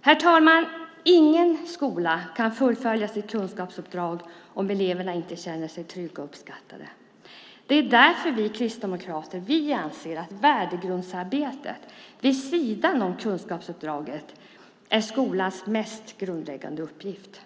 Herr talman! Ingen skola kan fullfölja sitt kunskapsuppdrag om eleverna inte känner sig trygga och uppskattade. Därför anser vi kristdemokrater att värdegrundsarbete vid sidan om kunskapsuppdraget är skolans mest grundläggande uppgift.